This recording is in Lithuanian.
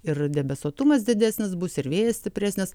ir debesuotumas didesnis bus ir vėjas stipresnis